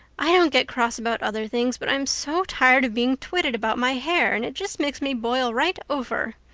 i don't get cross about other things but i'm so tired of being twitted about my hair and it just makes me boil right over.